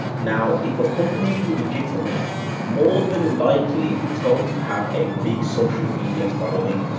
now, if a company's and legitimate more than likely, it's going to have a big social media following,